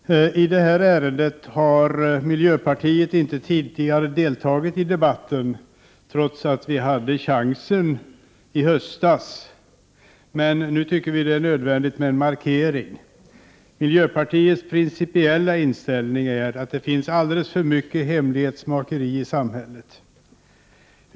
Herr talman! I detta ärende har miljöpartiet inte tidigare deltagit i debatten, trots att vi hade chans i höstas. Nu tycker vi emellertid att det är nödvändigt med en markering. Miljöpartiets principiella inställning är att det finns alldeles för mycket hemlighetsmakeri i samhället.